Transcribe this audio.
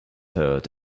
herd